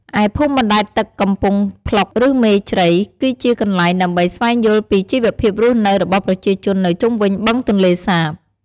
ឯភូមិបណ្តែតទឹកកំពង់ភ្លុក ឬមេជ្រៃ គឺជាទីកន្លែងដើម្បីស្វែងយល់ពីជីវភាពរស់នៅរបស់ប្រជាជននៅជុំវិញបឹងទន្លេសាប។